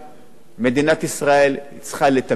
מדינת ישראל צריכה לטפל בזה.